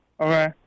Okay